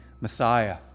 Messiah